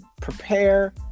prepare